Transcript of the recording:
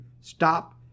stop